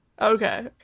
Okay